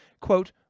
Quote